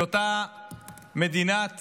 שאותה מדינת